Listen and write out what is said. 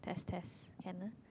test test can ah